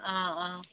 অঁ অঁ